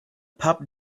pup